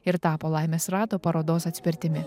ir tapo laimės rato parodos atspirtimi